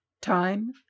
Time